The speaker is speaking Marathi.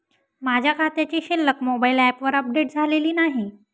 माझ्या खात्याची शिल्लक मोबाइल ॲपवर अपडेट झालेली नाही